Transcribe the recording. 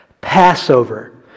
Passover